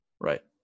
Right